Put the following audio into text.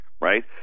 right